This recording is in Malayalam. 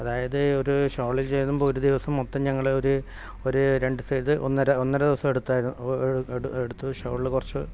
അതായത് ഒരു ഷോൾ ചെയ്യുമ്പോൾ ഒരു ദിവസം മൊത്തം ഞങ്ങൾ ഒരു ഒരു രണ്ട് സൈഡ് ഒന്നര ഒന്നര ദിവസം എടുത്തായിരുന്നു എടുത്തു ഷോളിൽ കുറച്ച്